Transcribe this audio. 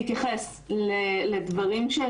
להתייחס לדברים של